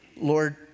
Lord